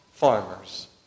farmers